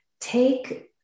take